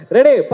Ready